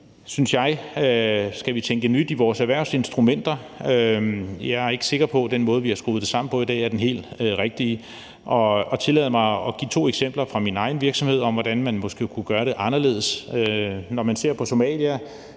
her synes jeg vi skal tænke nyt i forhold til vores erhvervsinstrumenter. Jeg er ikke sikker på, at den måde, vi har skruet det sammen på i dag, er den helt rigtige. Tillad mig at give to eksempler fra min egen virksomhed på, hvordan man måske kunne gøre det anderledes. Når man ser på Somalia,